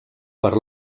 per